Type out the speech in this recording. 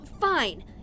Fine